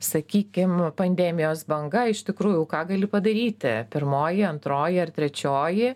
sakykim pandemijos banga iš tikrųjų ką gali padaryti pirmoji antroji ar trečioji